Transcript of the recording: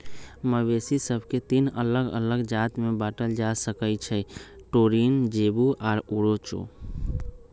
मवेशि सभके तीन अल्लग अल्लग जात में बांटल जा सकइ छै टोरिन, जेबू आऽ ओरोच